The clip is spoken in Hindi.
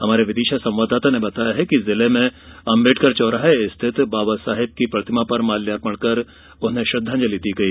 हमारे विदिशा संवाददाता ने बताया है कि जिले में अम्बेडकर चौराहे स्थित बाबा साहब की प्रतिमा पर माल्यार्पण कर उन्हें श्रद्वांजलि दी गई